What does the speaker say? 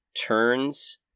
turns